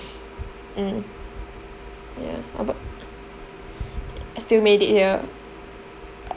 mm ya uh but I still made it here